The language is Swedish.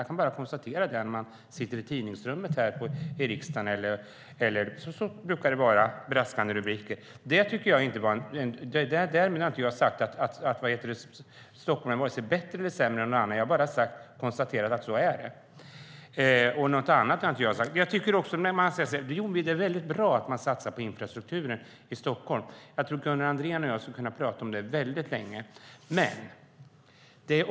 Jag kan konstatera det när jag sitter i tidningsrummet här i riksdagen. Det brukar vara braskande rubriker. Därmed har jag inte sagt att Stockholm är vare sig bättre eller sämre än någon annan. Jag har bara konstaterat att det är så här. Något annat har jag inte sagt. Det är bra att man satsar på infrastrukturen i Stockholm. Jag tror att Gunnar Andrén och jag skulle kunna prata länge om det.